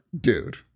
dude